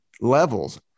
levels